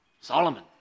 Solomon